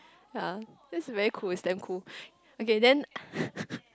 ya that is very cool is damn cool okay then